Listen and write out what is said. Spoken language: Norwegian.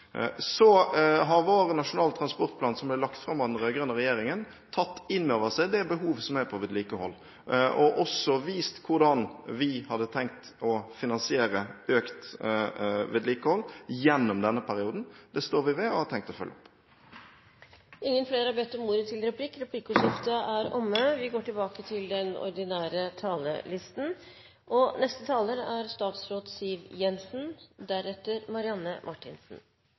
Så har vår nasjonale transportplan, som ble lagt fram av den rød-grønne regjeringen, tatt inn over seg det behovet som er på vedlikehold og også vist hvordan vi hadde tenkt å finansiere økt vedlikehold gjennom denne perioden. Det står vi ved og har tenkt å følge opp. Replikkordskiftet er omme. Regjeringspartiene har sammen med Venstre og Kristelig Folkeparti tatt flere grep for å styrke norsk konkurranseevne gjennom tilleggsproposisjonen og forhandlingene i Stortinget. Det er